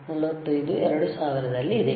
40 ಇದು 2000 ದಲ್ಲಿದೆ